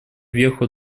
веху